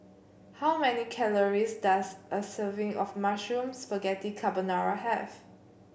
how many calories does a serving of Mushroom Spaghetti Carbonara have